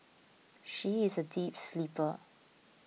she is a deep sleeper